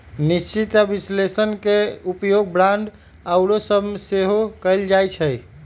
निश्चित आऽ विश्लेषण के उपयोग बांड आउरो सभ में सेहो कएल जाइ छइ